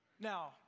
Now